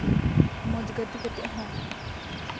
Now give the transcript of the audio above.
ᱢᱚᱡᱽ ᱜᱟᱛᱮ ᱠᱟᱛᱮᱜ ᱦᱚᱸ